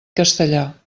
castellà